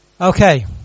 Okay